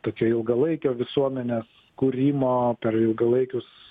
tokio ilgalaikio visuomenės kūrimo per ilgalaikius